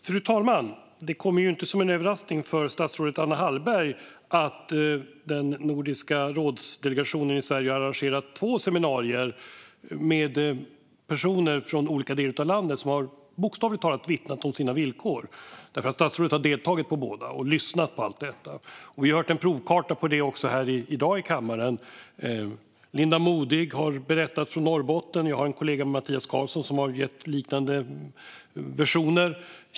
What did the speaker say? Fru talman! Det kommer inte som en överraskning för statsrådet Anna Hallberg att den svenska delegationen till Nordiska rådet har arrangerat två seminarier med personer från olika delar av landet som har vittnat om sina villkor. Statsrådet har ju deltagit i båda och lyssnat på allt detta. Vi har också hört en provkarta här i dag. Linda Modig har berättat från Norrbotten, och min kollega Mattias Karlsson har gett liknande versioner.